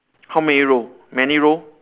how many row many row